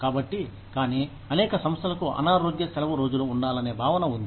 కాబట్టి కానీ అనేక సంస్థలకు అనారోగ్య సెలవు రోజులు ఉండాలనే భావన ఉంది